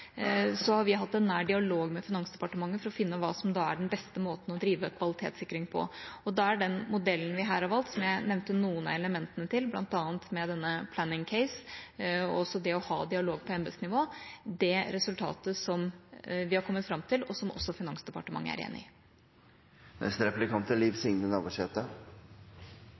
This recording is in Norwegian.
har vi hatt en nær dialog med Finansdepartementet for å finne ut hva som er den beste måten å drive kvalitetssikring på. Da er den modellen som vi har valgt her, og som jeg nevnte noen av elementene i – bl.a. med denne «planning case», og også det å ha dialog på embetsnivå – det resultatet vi har kommet fram til, og som også Finansdepartementet er enig i. Det er